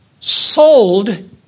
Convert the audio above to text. sold